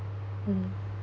mm